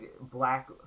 black